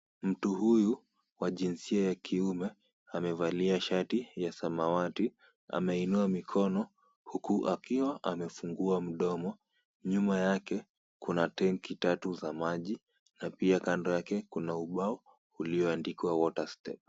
Mtu huyu wa jinsia ya kiume amevalia shati ya samawati. Ameinua mikono huku akiwa amefungua mdomo. Nyuma yake kuna tenki tatu za maji na pia kando yake kuna ubao ulioandikwa water step .